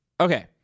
Okay